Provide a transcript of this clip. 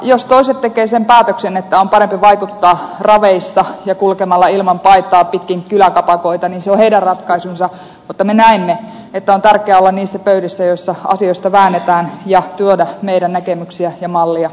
jos toiset tekevät sen päätöksen että on parempi vaikuttaa raveissa ja kulkemalla ilman paitaa pitkin kyläkapakoita niin se on heidän ratkaisunsa mutta me näimme että on tärkeää olla niissä pöydissä joissa asioista väännetään ja viedä meidän näkemyksiämme ja mallejamme eteenpäin